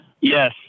Yes